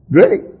Great